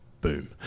boom